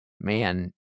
man